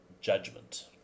judgment